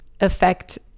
affect